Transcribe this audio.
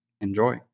enjoy